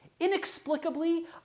Inexplicably